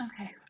Okay